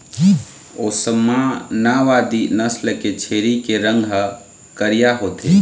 ओस्मानाबादी नसल के छेरी के रंग ह करिया होथे